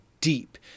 deep